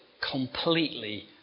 completely